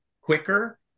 quicker